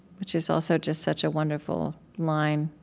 which is also just such a wonderful line.